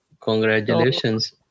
Congratulations